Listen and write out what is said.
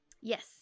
yes